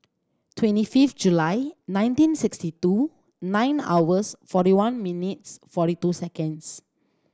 twenty fifth July nineteen sixty two nine hours forty one minutes forty two seconds